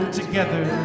together